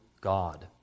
God